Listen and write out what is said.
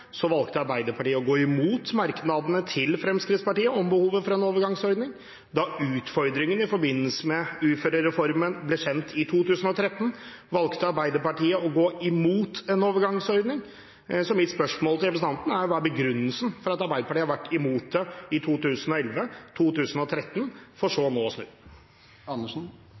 valgte Arbeiderpartiet å gå imot merknadene til Fremskrittspartiet om behovet for en overgangsordning. Da utfordringen i forbindelse med uførereformen ble kjent i 2013, valgte Arbeiderpartiet å gå imot en overgangsordning. Mitt spørsmål til representanten er: Hva er begrunnelsen for at Arbeiderpartiet har vært imot det i 2011 og 2013 for så